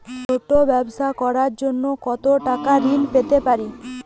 ছোট ব্যাবসা করার জন্য কতো টাকা ঋন পেতে পারি?